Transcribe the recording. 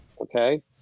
Okay